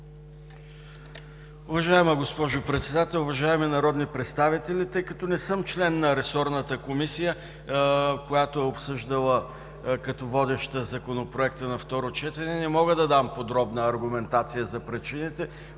Уважаема госпожо Председател, уважаеми народни представители! Тъй като не съм член на ресорната комисия, която е обсъждала като водеща Законопроекта на второ четене, не мога да дам подробна аргументация за причините.